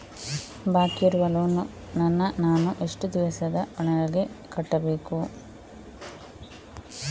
ಬಾಕಿ ಇರುವ ಲೋನ್ ನನ್ನ ನಾನು ಎಷ್ಟು ದಿವಸದ ಒಳಗೆ ಕಟ್ಟಬೇಕು?